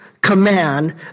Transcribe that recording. command